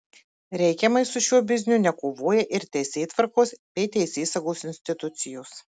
reikiamai su šiuo bizniu nekovoja ir teisėtvarkos bei teisėsaugos institucijos